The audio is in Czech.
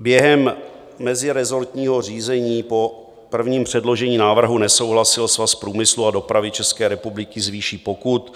Během mezirezortního řízení po prvním předložení návrhu nesouhlasil Svaz průmyslu a dopravy České republiky s výší pokut.